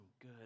good